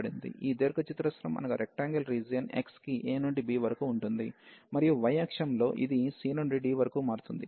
ఈ దీర్ఘ చతురస్రం రీజియన్ x కి a నుండి b వరకు ఉంటుంది మరియు y అక్షంలో ఇది c నుండి d వరకు మారుతుంది